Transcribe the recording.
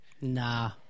Nah